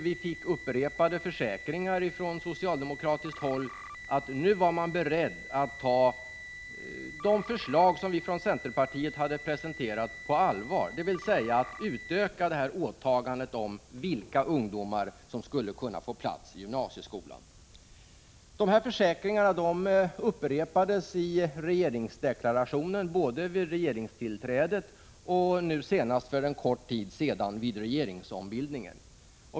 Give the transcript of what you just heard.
Vi fick upprepade gånger försäkringar från socialdemokratiskt håll om att man var beredd att ta de förslag på allvar som vi i centerpartiet hade presenterat — dvs. när det gällde att utöka antalet ungdomar som skulle kunna få en plats i gymnasieskolan. De här försäkringarna har upprepats i regeringsdeklarationen — både i den regeringsdeklaration som avgavs vid regeringstillträdet och i den som avgavs vid den regeringsombildning som skedde för en kort tid sedan.